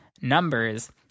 Numbers